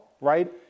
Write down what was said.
right